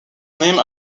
named